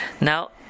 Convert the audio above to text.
Now